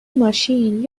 ماشین